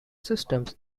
systems